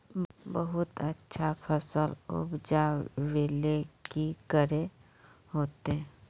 बहुत अच्छा फसल उपजावेले की करे होते?